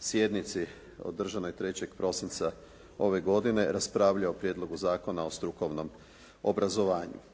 sjednici održanoj 3. prosinca ove godine, raspravljao je o prijedlogu Zakona o strukovnom obrazovanju.